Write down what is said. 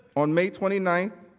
on may twenty nine,